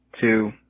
two